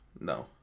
No